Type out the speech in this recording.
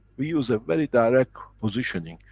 we use a very direct positioning.